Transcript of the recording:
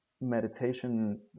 meditation